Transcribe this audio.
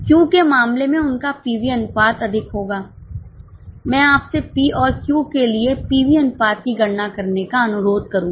Q के मामले में उनका पीवी अनुपात अधिक होगा मैं आपसे P और Q के लिए पीवी अनुपात की गणना करने का अनुरोध करूंगा